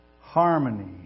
harmony